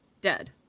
dead